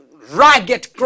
ragged